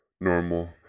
normal